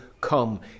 come